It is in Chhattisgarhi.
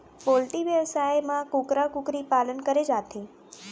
पोल्टी बेवसाय म कुकरा कुकरी पालन करे जाथे